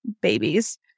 babies